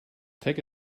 take